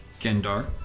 Gendar